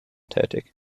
tätig